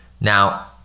Now